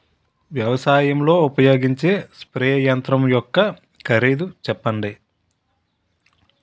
వ్యవసాయం లో ఉపయోగించే స్ప్రే యంత్రం యెక్క కరిదు ఎంత?